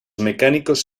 mecánicos